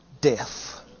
death